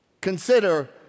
Consider